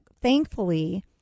thankfully